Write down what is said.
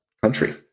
country